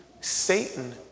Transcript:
Satan